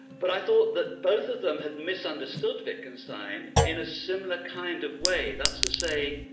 but i thought that both of them had misunderstood wittgenstein in a similar kind of way. that's to say,